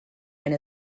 and